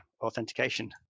authentication